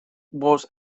was